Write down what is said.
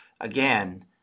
again